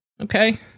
okay